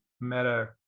Meta